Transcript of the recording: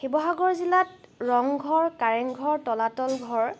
শিৱসাগৰ জিলাত ৰংঘৰ কাৰেংঘৰ তলাতল ঘৰ